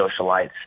socialites